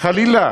חלילה.